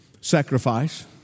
sacrifice